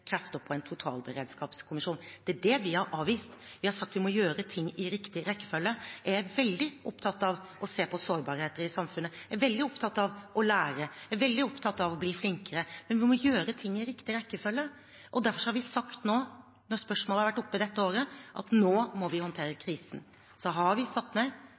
krefter på en totalberedskapskommisjon. Det er det vi har avvist. Vi har sagt at vi må gjøre ting i riktig rekkefølge. Jeg er veldig opptatt av å se på sårbarheter i samfunnet. Jeg er veldig opptatt av å lære. Jeg er veldig opptatt av å bli flinkere. Men vi må gjøre ting i riktig rekkefølge. Derfor har vi sagt, når spørsmålet har vært oppe dette året, at nå må vi håndtere krisen. Så har vi satt ned